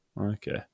okay